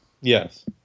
Yes